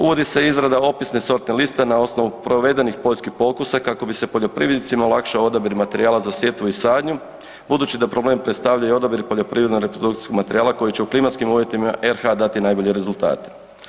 Uvodi se izrada opisne sorte lista na osnovu provedenih poljskih pokusa kako bi se poljoprivrednicima olakšao odabir materijala za sjetvu i sadnju budući da problem predstavljaju i odabir poljoprivredno reprodukcijskog materijala koji će u klimatskim uvjetima RH dati najbolje rezultate.